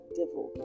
devil